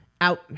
out